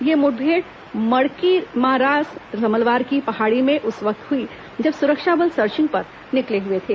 यह मुठभेड़ मड़कमीरास समलवार की पहाड़ी में उस वक्त हुई जब सुरक्षा बल सर्चिंग पर निकले हुए थे